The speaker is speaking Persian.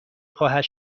خواهد